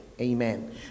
Amen